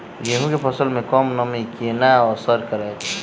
गेंहूँ केँ फसल मे कम नमी केना असर करतै?